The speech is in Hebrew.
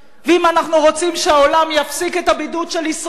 ואם אנחנו רוצים שהעולם יפסיק את הבידוד של ישראל,